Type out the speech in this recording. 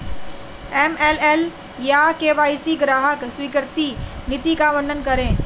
AML या KYC में ग्राहक स्वीकृति नीति का वर्णन करें?